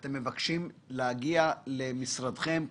ואתם נדרשים להגיע למשרדכם.